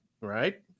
right